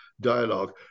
dialogue